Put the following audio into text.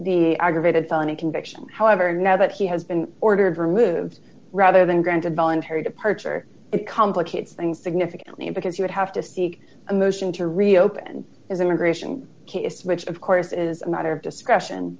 the aggravated felony conviction however now that he has been ordered removed rather than granted voluntary departure it complicates things significantly because you would have to seek a motion to reopen as immigration case which of course is a matter of disc